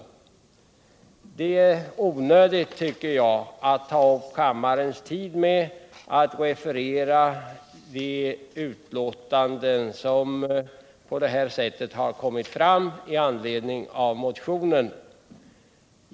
Jag tycker då att det är onödigt att ta upp kammarens tid med att referera de remissutlåtanden som avgivits med anledning av motionen.